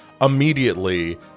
immediately